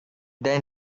then